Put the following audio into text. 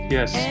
Yes